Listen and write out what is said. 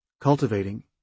Cultivating